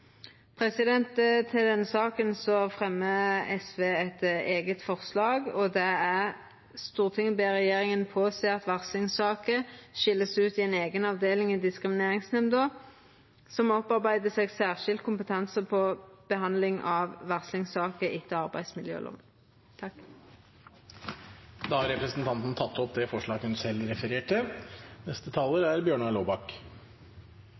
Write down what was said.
Til denne saka fremjar SV eit eige forslag, og det er: «Stortinget ber regjeringen påse at varslingssaker skilles ut i en egen avdeling i Diskrimineringsnemnda, som opparbeider seg særskilt kompetanse på behandling av varslingssaker etter arbeidsmiljøloven.» Representanten Solfrid Lerbrekk har tatt opp det forslaget hun refererte